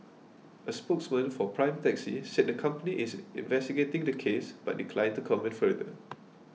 a spokesman for Prime Taxi said the company is investigating the case but declined to comment further